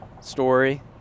story